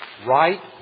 Right